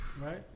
Right